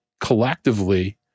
collectively